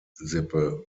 sippe